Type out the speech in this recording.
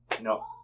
no